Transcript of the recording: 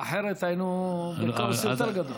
אחרת היינו בכאוס יותר גדול.